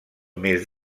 més